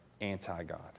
anti-God